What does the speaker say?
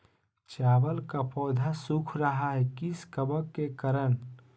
चावल का पौधा सुख रहा है किस कबक के करण?